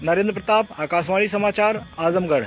नरेन्द्र प्रताप आकाशवाणी समाचार आजमगढ़